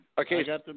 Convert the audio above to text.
Okay